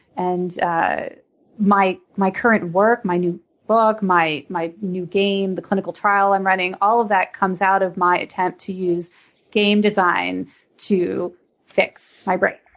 and ah my my current work, my new book, my my new game, the clinical trial i'm running, all of that comes out of my attempt to use game design to fix my brain.